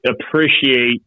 appreciate